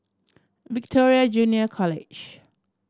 Victoria Junior College